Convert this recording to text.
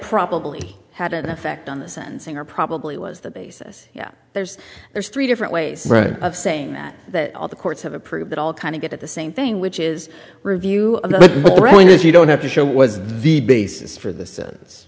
probably had an effect on the sentencing or probably was the basis there's there's three different ways of saying that all the courts have approved it all kind of get at the same thing which is review of the brain if you don't have to show was the basis for this